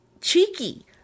cheeky